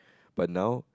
but now